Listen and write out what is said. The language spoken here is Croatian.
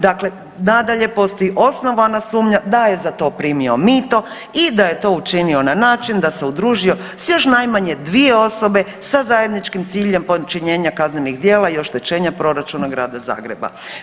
Dakle, nadalje postoji osnovana sumnja da je za to primio mito i da je to učinio na način da se udružio s još najmanje 2 osobe sa zajedničkim ciljem počinjenja kaznenih djela i oštećenja proračuna Grada Zagreba.